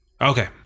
Okay